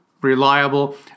reliable